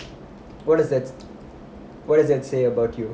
what is that what does that say about you